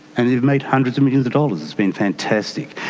and they've made hundreds of millions of dollars, it's been fantastic.